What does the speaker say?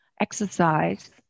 exercise